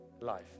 life